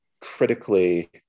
critically